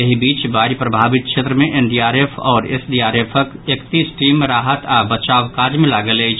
एहि बीच बाढ़ि प्रभावित क्षेत्र मे एनडीआरएफ आओर एसडीआरएफक एकतीस टीम राहत आओर बचाव काज मे लागल अछि